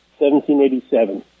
1787